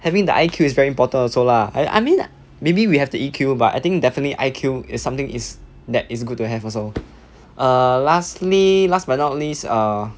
having the I_Q is very important also lah I I mean maybe we have the E_Q but I think definitely I_Q is something is that is good to have also err lastly last but not least err